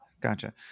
gotcha